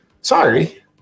sorry